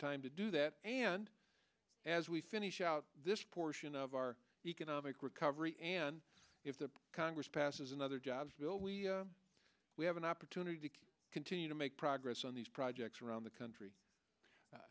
time to do that and as we finish out this portion of our economic recovery and if the congress passes another jobs bill we have an opportunity to continue to make progress on these projects around the country